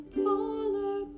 polar